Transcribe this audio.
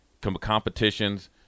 competitions